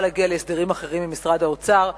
להגיע להסדרים אחרים עם משרד האוצר,